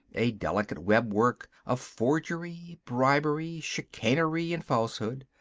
a delicate webwork of forgery, bribery, chicanery and falsehood.